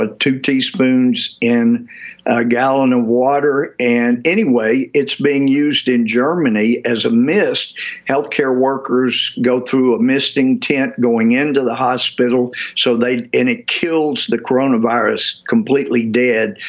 ah two teaspoons in a gallon of water and anyway, it's being used in germany as a missed health care workers go to a misting tent going into the hospital so they end. it kills the coronavirus completely dead,